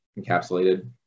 encapsulated